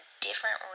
different